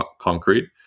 concrete